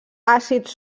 àcids